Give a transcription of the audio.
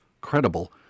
credible